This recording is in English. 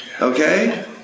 Okay